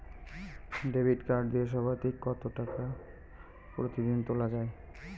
Debit card দিয়ে সর্বাধিক কত টাকা প্রতিদিন তোলা য়ায়?